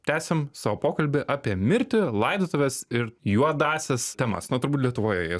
tęsiam savo pokalbį apie mirtį laidotuves ir juodąsias temas na turbūt lietuvoje jos